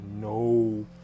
no